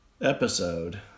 episode